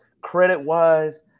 credit-wise